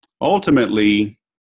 Ultimately